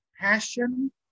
passion